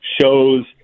shows